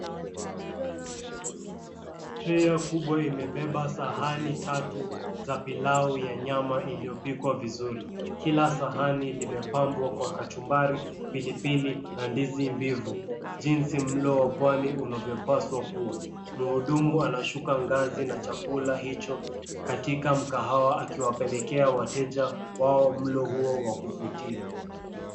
Treya kubwa imebeba sahani tatu za pilau ya nyama iliyopikwa vizuri. Kila sahani limepambwa kwa kachumbari pilipili na ndizi mbivu, jinsi mlo wa pwani unavyopaswa kuwa. Mhudumu anashuka ngazi na chakula hicho katika mkahawa akiwapelekea wateja wao mlo huo wa kuvutia.